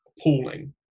appalling